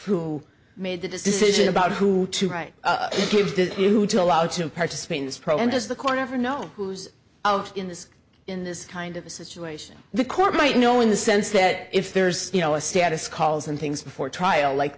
who made the decision about who to write the kids did you know who to allow to participate in this program does the corner know who's out in this in this kind of a situation the court might know in the sense that if there's you know a status calls and things before trial like